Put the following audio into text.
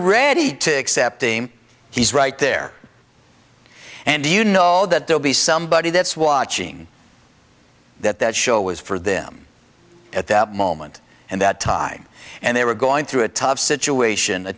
ready to accept him he's right there and you know that they'll be somebody that's watching that that show was for them at that moment and that time and they were going through a tough situation a